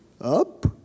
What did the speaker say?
up